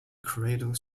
cradle